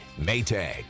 Maytag